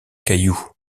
caillou